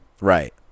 right